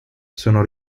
sono